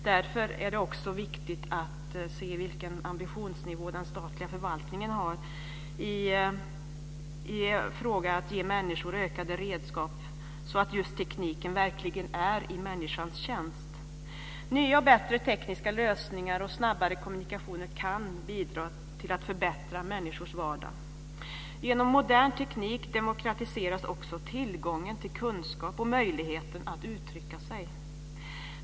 Därför är det också viktigt att se vilken ambitionsnivå den statliga förvaltningen har när det gäller att ge människor ökade redskap så att tekniken verkligen kommer i människans tjänst. Nya och bättre tekniska lösningar och snabbare kommunikationer kan bidra till att förbättra människors vardag. Genom modern teknik demokratiseras också tillgången till kunskap och möjligheten att uttrycka sig.